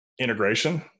integration